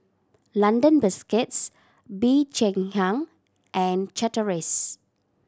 London Biscuits Bee Cheng Hiang and Chateraise